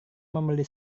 membeli